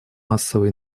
массовой